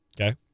Okay